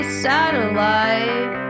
satellite